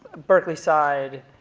berkeleyside,